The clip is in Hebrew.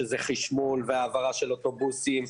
שזה חשמול והעברה של אוטובוסים,